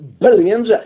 billions